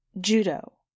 Judo